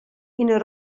ina